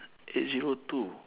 eight zero two